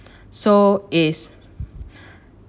so it's